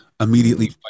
immediately